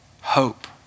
hope